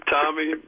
Tommy